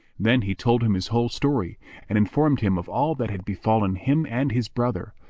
then he told him his whole story and informed him of all that had befallen him and his brother,